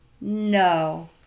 No